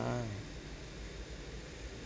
ah